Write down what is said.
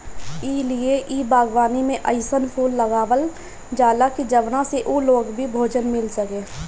ए लिए इ बागवानी में अइसन फूल लगावल जाला की जवना से उ लोग के भोजन मिल सके